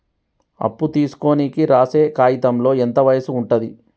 అప్పు తీసుకోనికి రాసే కాయితంలో ఎంత వయసు ఉంటది?